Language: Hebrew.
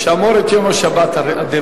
לא תענה ברעך.